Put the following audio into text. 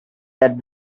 that